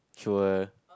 sure